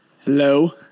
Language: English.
Hello